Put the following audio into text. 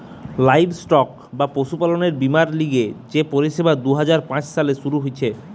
livestock বা পশুপালনের বীমার লিগে যে পরিষেবা দুই হাজার পাঁচ সালে শুরু হিছে